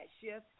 shift